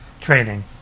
training